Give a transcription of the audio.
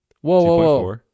whoa